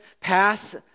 pass